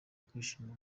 kwishima